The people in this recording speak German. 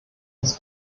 uns